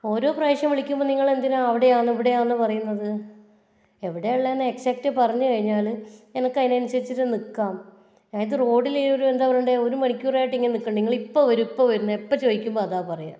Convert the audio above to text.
ഓരോ പ്രാവിശ്യം വിളിയ്ക്കുമ്പം നിങ്ങളെന്തിനാ അവിടെയാന്ന് ഇവിടെയാന്ന് പറയുന്നത് എവ്ടെയാ ഉളെളന്ന് എക്സറ്റ് പറഞ്ഞ് കഴിഞ്ഞാൽ എനയ്ക്കയിന്സരിച്ചിട്ട് നിൽക്കാം അയാത് റോഡിൽ ഒരു എന്താ പറയണ്ടെ ഒരു മണിക്കൂറായിട്ടിങ്ങനെ നിൽക്കണ്ടെ നിങ്ങളിപ്പം വരും ഇപ്പം വരും എന്ന് എപ്പോൾ ചോദിയ്ക്കുമ്പോളും അതാ പറയുക